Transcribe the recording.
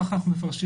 כך אנחנו מפרשים.